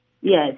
Yes